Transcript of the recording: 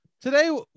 Today